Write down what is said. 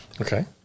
Okay